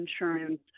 insurance